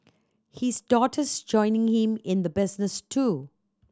his daughter's joining him in the business too